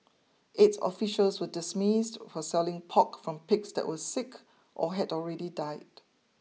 eight officials were dismissed for selling pork from pigs that were sick or had already died